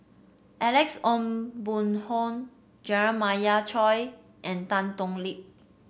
Alex Ong Boon Hau Jeremiah Choy and Tan Thoon Lip